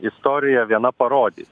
istorija viena parodys